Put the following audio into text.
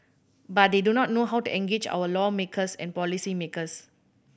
but they do not know how to engage our lawmakers and policymakers